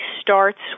starts